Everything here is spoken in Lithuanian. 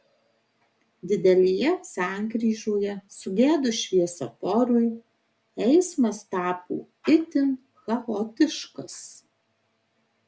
didelėje sankryžoje sugedus šviesoforui eismas tapo itin chaotiškas